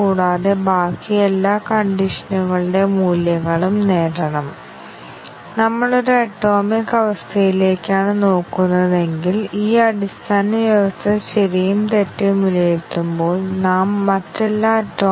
ഒന്നിലധികം കണ്ടീഷൻ കവറേജിൽ C 1 C 2 C 3 എന്നിവയുടെ എല്ലാ സാധ്യമായ കോമ്പിനേഷനുകളും നിങ്ങൾ പരിഗണിക്കേണ്ടതുണ്ട് സത്യം സത്യം സത്യം സത്യം അസത്യം സത്യം സത്യമായ തെറ്റായ തെറ്റായ തെറ്റായ സത്യമായ സത്യമായ മുതലായവ നമ്മൾ പരിഗണിക്കേണ്ട സാഹചര്യങ്ങളുടെ എല്ലാ സംയോജനവും